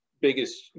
Biggest